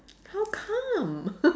how come